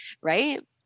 Right